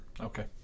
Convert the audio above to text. Okay